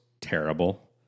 terrible